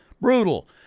brutal